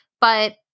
But-